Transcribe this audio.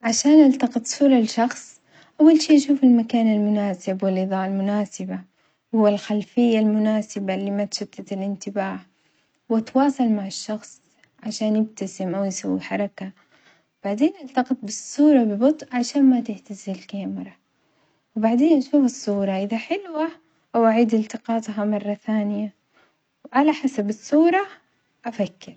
عشان التقط صورة لشخص أول شي أشوف المكان المناسب والإظاءة المناسبة والخلفية المناسبة اللي ما تشتت الانتباه وأتواصل مع الشخص عشان يبتسم أو يسوي حركة وبعدين التقط بالصورة ببطء عشان ما تهتز الكاميرا، وبعدين نشوف الصورة إذا حلوة أو أعيد التقاطها مرة ثانية وعلى حسب الصورة أفكر.